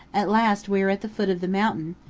at last we are at the foot of the mountain,